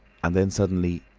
and then suddenly,